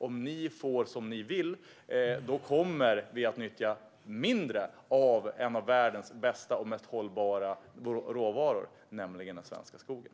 Om ni får som ni vill kommer vi att nyttja mindre av en av världens bästa och mest hållbara råvaror, nämligen den svenska skogen.